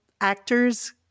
actors